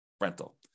rental